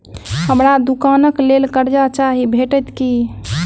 हमरा दुकानक लेल कर्जा चाहि भेटइत की?